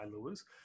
lures